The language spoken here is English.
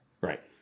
Right